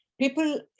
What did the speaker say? people